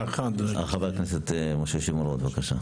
חבר הכנסת וחבר הוועדה, משה שמעון רוט, בבקשה.